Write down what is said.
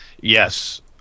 Yes